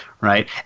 right